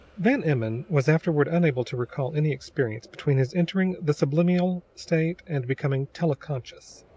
van emmon was afterward unable to recall any experience between his entering the sublimial state and becoming tele-conscious.